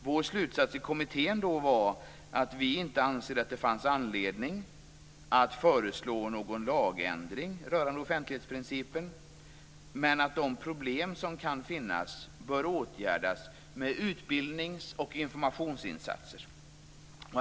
Vår slutsats i kommittén var att det inte finns anledning att föreslå någon lagändring rörande offentlighetsprincipen men att de problem som kan finnas bör åtgärdas med utbildnings och informationsinsatser.